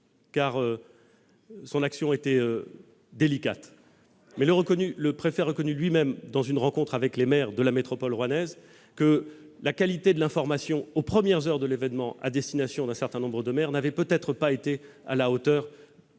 car son action était délicate, a reconnu lui-même, lors d'une rencontre avec les maires de la métropole rouennaise, que la qualité de l'information diffusée aux premières heures de l'événement à destination d'un certain nombre de maires n'avait peut-être pas été à la hauteur des aspirations